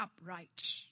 upright